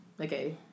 Okay